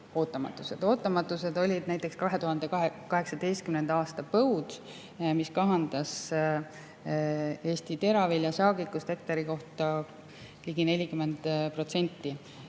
Ootamatus oli näiteks 2018. aasta põud, mis kahandas Eesti teravilja saagikust hektari kohta ligi 40%.